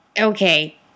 Okay